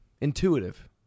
intuitive